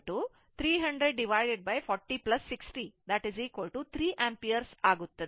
ಆದ್ದರಿಂದ i 30040 60 3 ampere ಆಗುತ್ತದೆ